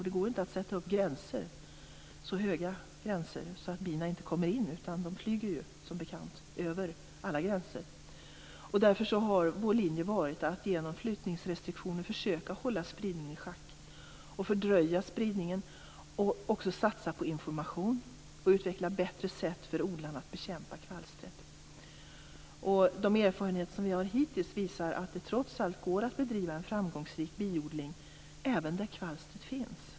Det går inte att sätta upp så höga gränser att bina inte kommer in. De flyger ju som bekant över alla gränser. Därför har vår linje varit att genom flyttningsrestriktioner försöka hålla spridning i schack, fördröja spridningen och också satsa på information och utveckla bättre sätt för odlarna att bekämpa kvalstret. De erfarenheter som vi har hittills visar att det trots allt går att bedriva en framgångsrik biodling även där kvalstret finns.